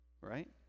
right